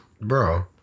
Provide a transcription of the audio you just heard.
Bro